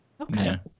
okay